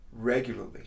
regularly